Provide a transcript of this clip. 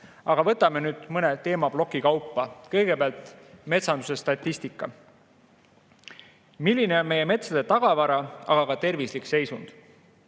Aga võtame nüüd teemaplokkide kaupa. Kõigepealt metsanduse statistika. Milline on meie metsade tagavara, aga ka tervislik seisund?